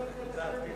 נתקבלה.